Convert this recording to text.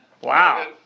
Wow